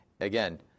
again